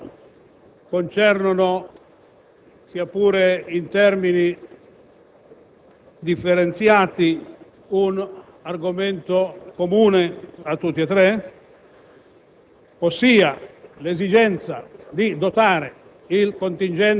Questi ordini del giorno concernono, sia pure in termini differenziati, un argomento comune a tutti e tre,